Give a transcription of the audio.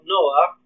Noah